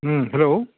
hello